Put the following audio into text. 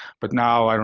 but now, i don't